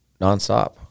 nonstop